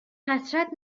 حسرت